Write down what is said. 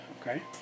okay